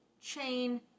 chain